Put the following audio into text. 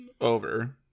over